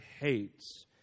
hates